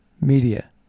media